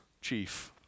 chief